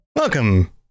Welcome